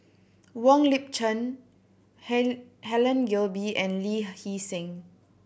Wong Lip Chin Helen Gilbey and Lee Hee Seng